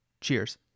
Cheers